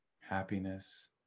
happiness